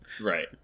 right